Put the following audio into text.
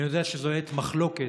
אני יודע שזו עת מחלוקת